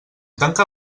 tancar